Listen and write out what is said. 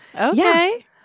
Okay